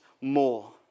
more